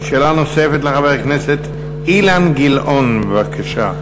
שאלה נוספת לחבר הכנסת אילן גילאון, בבקשה.